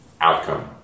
outcome